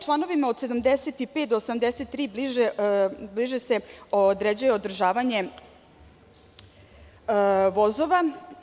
Članovima od 75. do 83. bliže se određuje održavanje vozova.